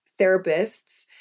therapists